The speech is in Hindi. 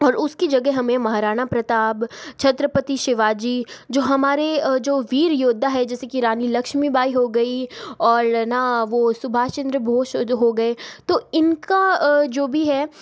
और उसकी जगह हमें महाराणा प्रताप छत्रपति शिवाजी जो हमारे जो वीर योद्धा है जैसे की रानी लक्ष्मीबाई हो गई और है ना वो सुभाष चंद्र बोश जो हो गए तो इनका जो भी है